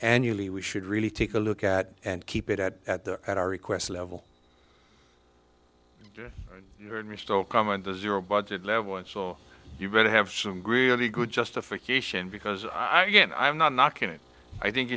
annually we should really take a look at and keep it at at the at our request level you know and we still come and does your budget level and so you better have some greely good justification because i get i'm not knocking it i think